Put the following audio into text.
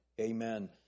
amen